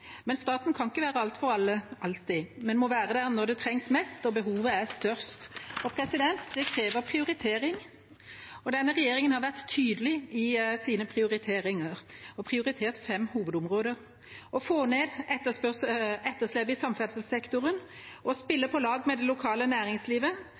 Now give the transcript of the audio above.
Men staten kan ikke være alt for alle alltid. Den må være der når det trengs mest og behovet er størst. Det krever prioritering, og denne regjeringa har vært tydelig i sine prioriteringer og prioritert fem hovedområder: å få ned etterslepet i samferdselssektoren